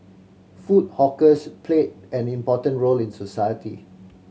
food hawkers played an important role in society